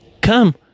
Come